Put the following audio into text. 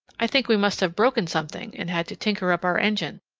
i think we must have broken something, and had to tinker up our engine.